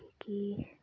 की के